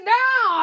now